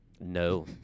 No